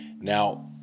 Now